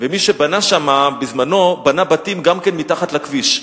ומי שבנה שם בזמנו בנה בתים גם מתחת לכביש.